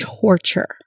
torture